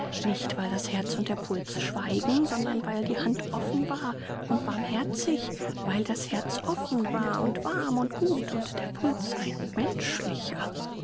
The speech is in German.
nicht weil das herz und der puls schweigen sondern weil die hand offen war und barmherzig weil das herz offen war und warm und gut und der puls ein menschlicher